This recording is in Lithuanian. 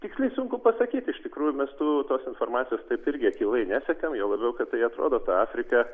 tiksliai sunku pasakyti iš tikrųjų mes tų tos informacijos taip irgi akylai nesekam juo labiau kad jie atrodo ta afrika